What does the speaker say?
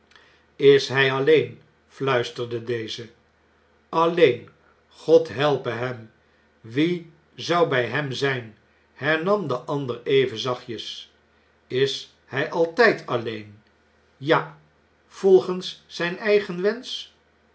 is hij alleen fluisterde deze aalleen i god helpe hem wie zou bij hem zjn hernatn de ander even zachtjes is hij altijd alleen ja b volgens zijn eigen wensch